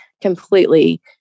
completely